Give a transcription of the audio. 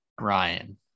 Ryan